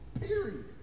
Period